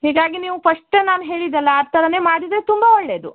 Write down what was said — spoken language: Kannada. ಹೀಗಾಗಿ ನೀವು ಫಸ್ಟೇ ನಾನು ಹೇಳಿದೆಲ್ಲ ಆ ಥರನೇ ಮಾಡಿದರೆ ತುಂಬಾ ಒಳ್ಳೆಯದು